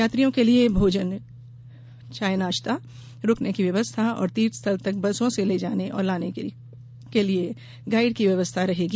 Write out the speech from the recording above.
यात्रियों के लिये भोजन चाय नाश्ता रूकने की व्यवस्था और तीर्थ स्थल तक बसों से ले जाने और लाने के लिये गाइड की व्यवस्था रहेगी